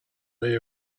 way